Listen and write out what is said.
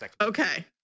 Okay